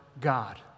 God